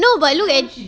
no but look at